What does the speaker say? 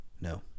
No